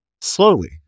slowly